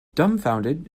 dumbfounded